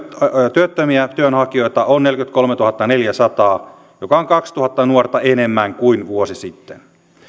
työttömiä työnhakijoita on neljäkymmentäkolmetuhattaneljäsataa joka on kaksituhatta nuorta enemmän kuin vuosi sitten